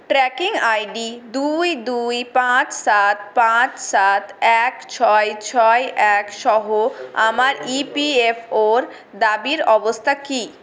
tracking ID দুই দুই পাঁচ সাত পাঁচ সাত এক ছয় ছয় এক সহ আমার ই পি এফ ওর দাবির অবস্থা কী